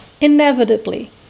inevitably